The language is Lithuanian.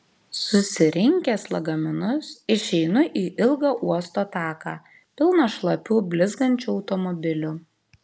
susirinkęs lagaminus išeinu į ilgą uosto taką pilną šlapių blizgančių automobilių